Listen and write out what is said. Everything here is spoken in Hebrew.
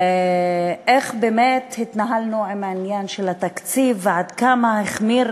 איך באמת התנהלנו עם העניין של התקציב ועד כמה החמיר